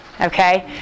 okay